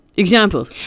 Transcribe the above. Example